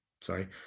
sorry